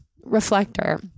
reflector